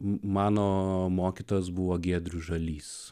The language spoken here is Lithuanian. mano mokytojas buvo giedrius žalys